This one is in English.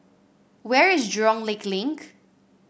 where is Jurong Lake Link